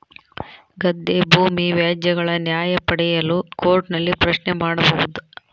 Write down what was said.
ಗದ್ದೆ ಭೂಮಿ ವ್ಯಾಜ್ಯಗಳ ನ್ಯಾಯ ಪಡೆಯಲು ಕೋರ್ಟ್ ನಲ್ಲಿ ಪ್ರಶ್ನೆ ಮಾಡಬಹುದಾ?